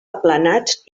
aplanats